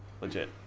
Legit